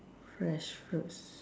fresh fruits